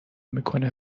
میکنه